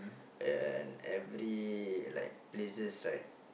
and every like places right